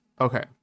okay